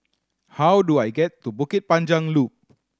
how do I get to Bukit Panjang Loop